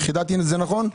חידדתי נכון?